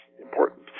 important